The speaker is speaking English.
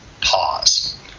pause